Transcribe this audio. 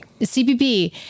CBP